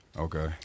Okay